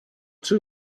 too